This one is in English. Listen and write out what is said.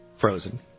Frozen